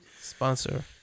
Sponsor